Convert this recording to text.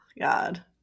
God